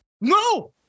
No